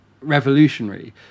revolutionary